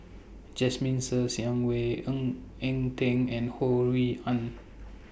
Jasmine Ser Xiang Wei Ng Eng Teng and Ho Rui An